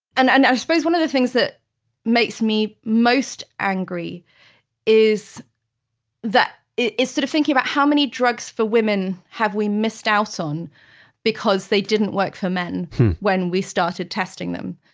and and i suppose one of the things that makes me most angry is that it's sort of thinking about how many drugs for women have we missed out on because they didn't work for men when we started testing them?